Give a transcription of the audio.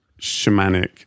shamanic